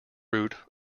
root